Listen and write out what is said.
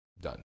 done